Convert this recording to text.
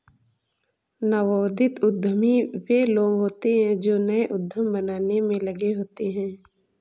नवोदित उद्यमी वे लोग होते हैं जो नए उद्यम बनाने में लगे होते हैं